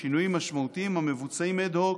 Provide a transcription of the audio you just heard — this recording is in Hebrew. שינויים משמעותיים המבוצעים אד-הוק,